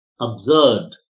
absurd